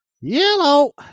yellow